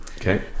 Okay